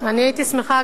אני הייתי שמחה,